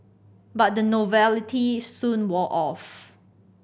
but the novelty soon wore off